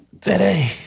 Today